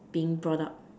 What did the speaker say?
being brought up